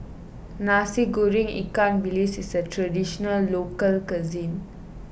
Nasi Goreng Ikan Bilis is a Traditional Local Cuisine